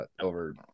over